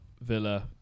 Villa